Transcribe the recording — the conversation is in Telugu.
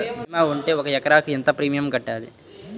భీమా ఉంటే ఒక ఎకరాకు ఎంత ప్రీమియం కట్టాలి?